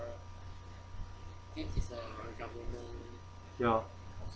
ya